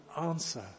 answer